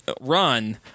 run